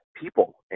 people